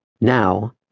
Now